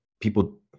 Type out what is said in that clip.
People